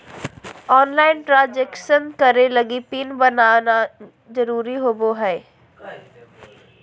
online transaction करे लगी PIN बनाना जरुरी होबो हइ